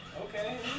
Okay